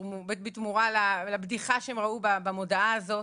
בתמורה לבדיחה שהם ראו במודעה הזו,